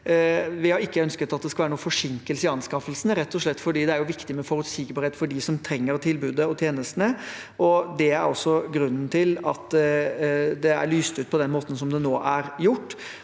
Vi har ikke ønsket at det skal være noen forsinkelse i anskaffelsene, rett og slett fordi det er viktig med forutsigbarhet for dem som trenger tilbudet og tjenestene, og det er grunnen til at det er lyst ut på den måten som det nå er gjort.